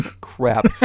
crap